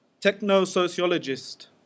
techno-sociologist